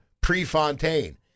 Prefontaine